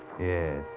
Yes